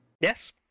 Yes